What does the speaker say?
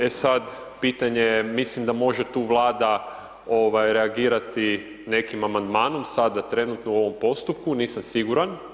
E sada pitanje je mislim da može tu vlada reagirati nekim amandmanom, sada trenutno u ovom postupku, nisam siguran.